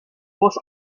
was